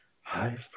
Hi